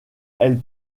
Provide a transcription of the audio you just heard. elle